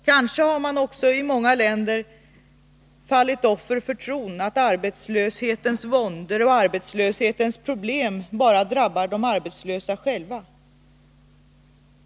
Kanske har man också i många länder fallit offer för tron att arbetslöshetens våndor och problem egentligen bara drabbar de arbetslösa själva.